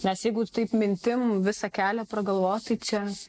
nes jeigu taip mintim visą kelią pragalvoti čia